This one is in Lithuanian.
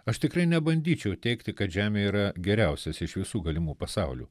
aš tikrai nebandyčiau teigti kad žemė yra geriausias iš visų galimų pasaulių